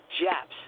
Japs